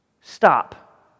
Stop